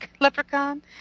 leprechaun